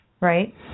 right